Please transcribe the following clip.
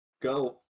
Go